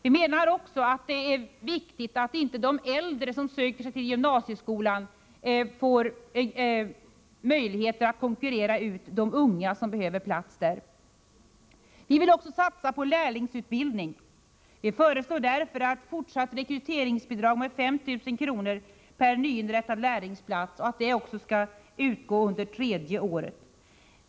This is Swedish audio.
Vi tycker också att det är viktigt att inte de äldre som söker sig till gymnasieskolan får möjlighet att konkurrera ut de unga som behöver plats där. Vidare vill vi satsa på lärlingsutbildning. Därför föreslår vi att rekryteringsbidrag med 5 000 kr. per nyinrättad lärlingsplats skall utgå även under tredje året.